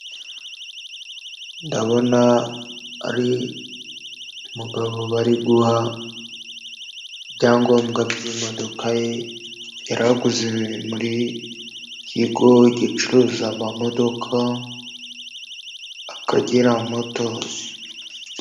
Ndabona ari umugabo bari guha ibyangombwa by'imodoka ye, yari aguze muri kigo gicuruza amamodoka Akagera motozi.